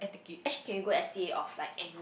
eh can you go S_P_A of like any